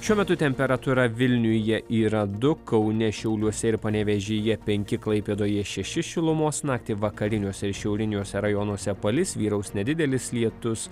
šiuo metu temperatūra vilniuje yra du kaune šiauliuose ir panevėžyje penki klaipėdoje šeši šilumos naktį vakariniuose ir šiauriniuose rajonuose palis vyraus nedidelis lietus